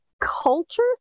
culture